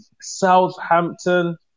Southampton